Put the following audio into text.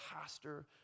pastor